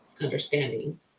understanding